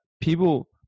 people